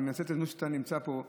אני מנצל את זה שאתה נמצא פה.